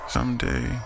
Someday